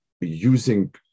using